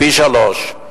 פי-שלושה.